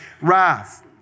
wrath